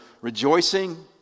rejoicing